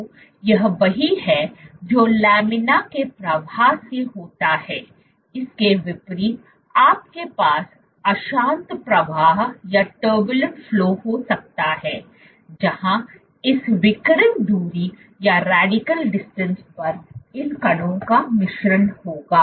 तो यह वही है जो लामिना के प्रवाह से होता है इसके विपरीत आपके पास अशांत प्रवाह हो सकता है जहां इस विकिरण दूरी पर इन कणों का मिश्रण होगा